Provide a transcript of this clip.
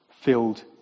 filled